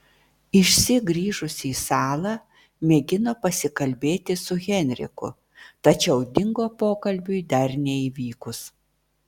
išsyk grįžusi į salą mėgino pasikalbėti su henriku tačiau dingo pokalbiui dar neįvykus